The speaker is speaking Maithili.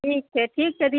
ठीक छै ठीक छै